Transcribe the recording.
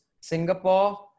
Singapore